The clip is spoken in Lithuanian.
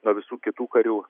nuo visų kitų karių